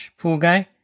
PoolGuy